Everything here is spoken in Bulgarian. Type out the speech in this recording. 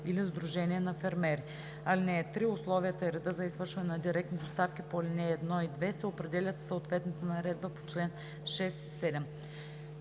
или сдружение на фермери. (3) Условията и редът за извършване на директни доставки по ал. 1 и 2 се определят със съответната наредба по чл. 6 и 7.“